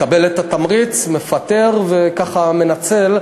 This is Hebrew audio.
מקבל את התמריץ ומפטר, וככה מנצל.